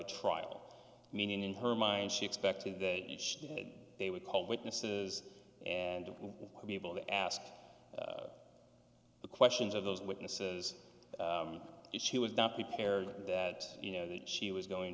a trial meaning in her mind she expected that they would call witnesses and be able to ask the questions of those witnesses if she was not prepared that you know she was going